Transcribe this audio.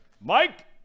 Mike